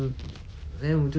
讲到哪里啊